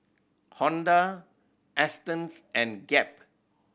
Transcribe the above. Honda Astons and Gap